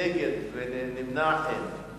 נגד, אין, ונמנעים, אין.